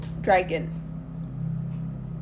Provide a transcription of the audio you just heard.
Dragon